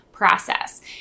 Process